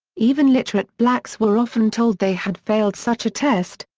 even literate blacks were often told they had failed such a test,